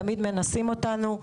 תמיד מנסים אותנו.